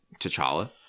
T'Challa